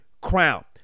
crown